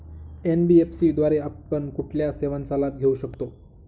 NBFC द्वारे आपण कुठल्या सेवांचा लाभ घेऊ शकतो?